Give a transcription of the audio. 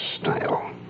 style